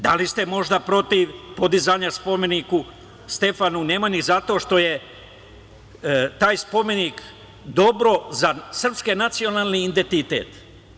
Da li ste možda protiv podizanja spomenika Stefanu Nemanji zato što je taj spomenik dobro za srpski nacionalni identitet?